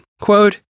Quote